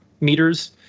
meters